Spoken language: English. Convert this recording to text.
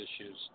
issues